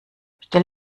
stell